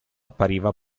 appariva